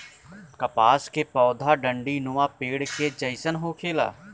कपास के पौधा झण्डीनुमा पेड़ के जइसन होखेला